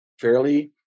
fairly